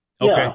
Okay